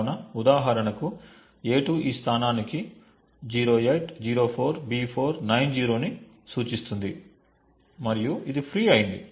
కాబట్టి ఉదాహరణకు a2 ఈ స్థానానికి 0804B490 ను సూచిస్తుంది మరియు ఇది ఫ్రీ అయ్యింది